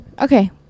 okay